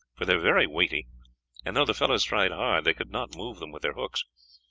for they are very weighty and though the fellows tried hard they could not move them with their hooks,